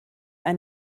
ein